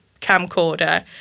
camcorder